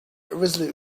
irresolute